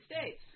States